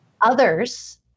others